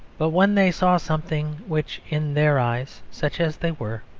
but when they saw something which in their eyes, such as they were,